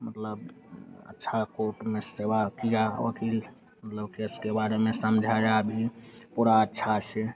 मतलब अच्छा कोट में सेवा किया वक़ील मतलब केस के बारे में समझाया भी पुरा अच्छे से